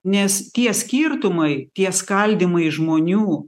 nes tie skirtumai tie skaldymai žmonių